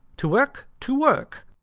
to work, to work.